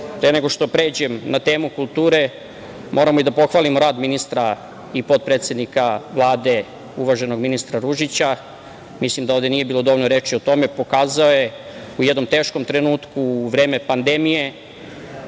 nego što pređem na temu kulture, moramo da pohvalimo rad ministra i potpredsednika Vlade, uvaženog ministra Ružića. Mislim da ovde nije bilo dovoljno reči o tome. Dokazao je u jednom teškom trenutku, u vreme pandemije,